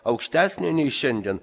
aukštesnė nei šiandien